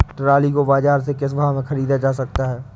Trolley को बाजार से किस भाव में ख़रीदा जा सकता है?